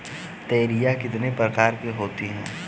तोरियां कितने प्रकार की होती हैं?